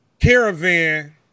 caravan